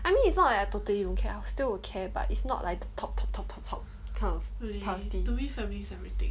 I mean it's not like I totally don't care I'll still care but it's not like the top top top top kind of priority